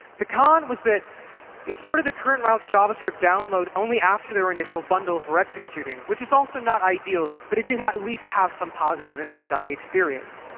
the con was that it started the current route's javascript download only after their initial bundles were executing, which is also not ideal. but it did at least have some positive impact on the experience.